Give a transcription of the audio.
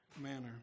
manner